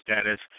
status